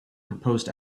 proposed